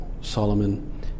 Solomon